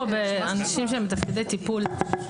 עסקת עברייני מין.